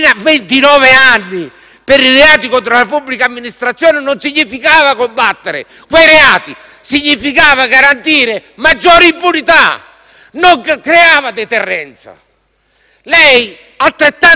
per i reati contro la pubblica amministrazione significava non combattere quei reati, ma garantire maggiore impunità, e non creava deterrenza. Lei, come me, votò contro